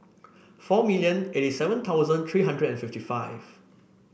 four million eighty seven thousand three hundred and fifty five